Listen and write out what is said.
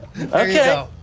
Okay